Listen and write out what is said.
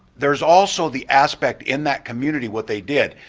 there's also the aspect in that community what they did,